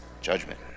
Judgment